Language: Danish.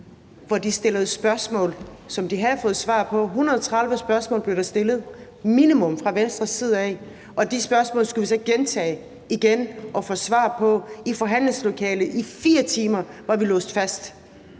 hvor de stillede spørgsmål, som de havde fået svar på. Der blev stillet minimum 130 spørgsmål fra Venstres side af, og de spørgsmål skulle vi så gentage igen og få svar på i forhandlingslokalet. I 4 timer var vi låst fast.